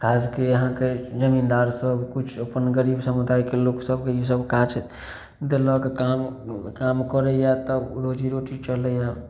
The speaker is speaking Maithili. काजके यहाँके जमीनदार सब किछु अपन गरीब समुदायके लोक सबके ई सब काज देलक काम काम करैया तब रोजीरोटी चलैया